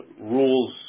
rules